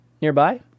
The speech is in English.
nearby